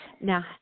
Now